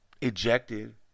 ejected